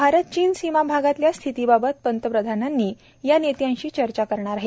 भारत चीन सीमा भागातल्या स्थितीबीबत प्रधानमंत्री या नेत्यांशी चर्चा करणार आहेत